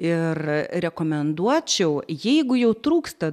ir rekomenduočiau jeigu jau trūksta